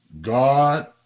God